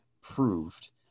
proved